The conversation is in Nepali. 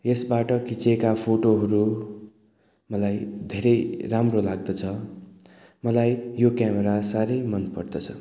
यसबाट खिचिएका फोटोहरू मलाई धेरै राम्रो लाग्दछ मलाई यो क्यामेरा साह्रै मन पर्दछ